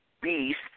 beast